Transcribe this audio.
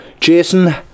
Jason